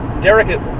Derek